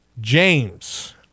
James